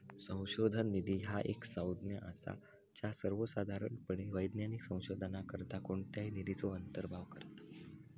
संशोधन निधी ह्या एक संज्ञा असा ज्या सर्वोसाधारणपणे वैज्ञानिक संशोधनाकरता कोणत्याही निधीचो अंतर्भाव करता